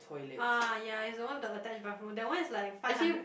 ah ya it's the one with the attached bathroom that one is like five hundred